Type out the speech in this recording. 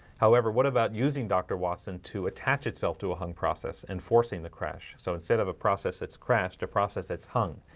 however, what about using dr watson to attach itself to a hung process and forcing the crash. so instead of a process that's crashed a process. that's hung.